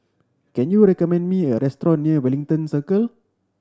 can you recommend me a restaurant near Wellington Circle